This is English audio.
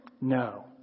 no